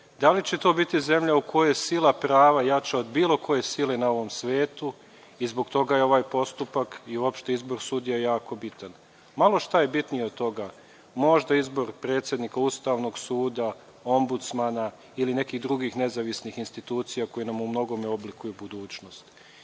da li će to biti zemlja u kojoj je sila prava jača od bilo koje sile na ovom svetu i zbog toga je ovaj postupak i uopšte izbor sudija jako bitan. Malo šta je bitnije od toga, možda izbor predsednika Ustavnog suda, Ombudsmana ili nekih drugih nezavisnih institucija, koje nam umnogome oblikuju budućnost. Takođe